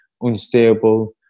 unstable